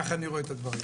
כך אני רואה את הדברים.